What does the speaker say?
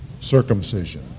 circumcision